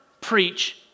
preach